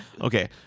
okay